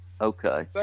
Okay